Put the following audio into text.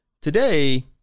today